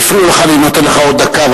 אני נותן לך עוד דקה.